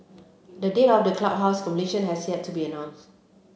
the date of the clubhouse's completion has yet to be announced